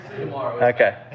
Okay